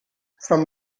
from